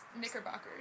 Knickerbockers